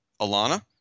alana